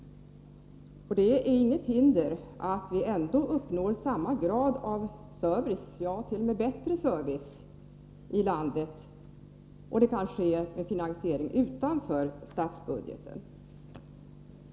Detta är dock inget hinder för att vi uppnår samma grad av social service — ja, t.o.m. bättre service — i landet. Det kan ske genom finansiering utanför statsbudgeten.